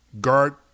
guard